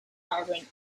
iron